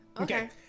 Okay